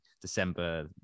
December